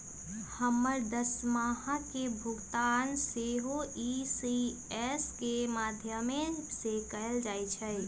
हमर दरमाहा के भुगतान सेहो इ.सी.एस के माध्यमें से कएल जाइ छइ